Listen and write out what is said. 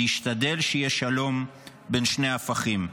להשתדל שיהיה שלום בין שני הפכים.